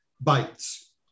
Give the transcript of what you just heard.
bites